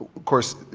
of course,